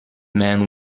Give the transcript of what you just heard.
man